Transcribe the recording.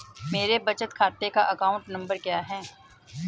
मेरे बचत खाते का अकाउंट नंबर क्या है?